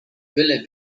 byle